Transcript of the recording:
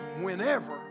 whenever